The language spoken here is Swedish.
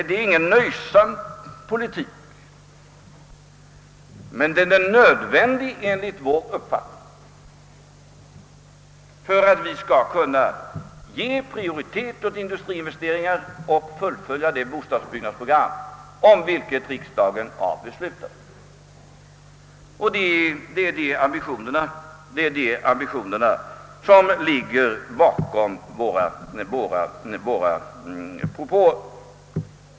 Det är ingen nöjsam politik, men den är enligt vår uppfattning nödvändig för att kunna ge prioritet åt industriinvesteringar och fullfölja det bostadsbyggnadsprogram som riksdagen har beslutat. Det är de ambitionerna som ligger bakom våra propåer.